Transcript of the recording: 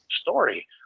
story